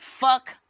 fuck